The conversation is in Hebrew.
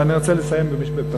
אבל אני רוצה לסיים בפסוק.